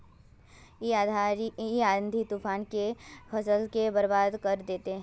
इ आँधी तूफान ते फसल के बर्बाद कर देते?